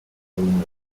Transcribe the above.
human